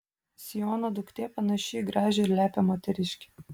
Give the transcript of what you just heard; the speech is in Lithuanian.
siono duktė panaši į gražią ir lepią moteriškę